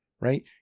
right